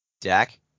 Dak